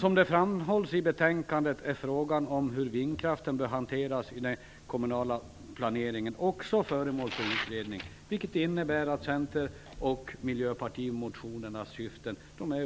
Som framhålls i betänkandet är frågan om hur vindkraften bör hanteras i den kommunala planeringen också föremål för utredning, vilket innebär att Centerns och Miljöpartiets motioners syften